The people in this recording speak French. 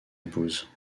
épouse